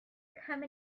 come